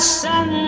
sun